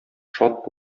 шат